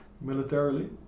militarily